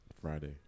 friday